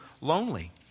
lonely